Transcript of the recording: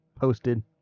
posted